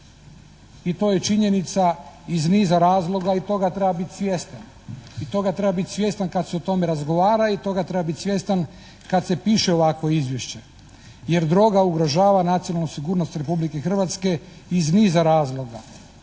i to je činjenica iz niza razloga i toga treba biti svjestan. I toga treba biti svjestan kada se o tome razgovara i toga treba biti svjestan kada se piše ovakvo izvješće, jer droga ugrožava nacionalnu sigurnost Republike Hrvatske iz niza razloga,